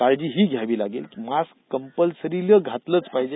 काळजी ही घ्यावी लागेल की मास्क कंपलसरी घातलंच पाहिजे